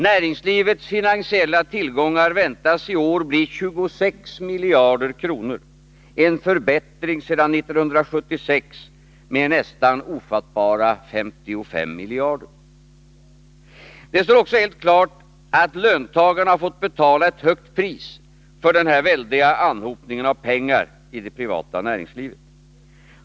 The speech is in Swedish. Näringslivets finansiella överskott väntas i år bli 26 miljarder kronor, en ökning sedan 1976 med nästan ofattbara 55 miljarder kronor. Det står också helt klart att löntagarna fått betala ett högt pris för denna väldiga anhopning av pengar i det privata näringslivet.